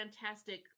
fantastic